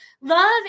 Love